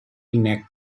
intact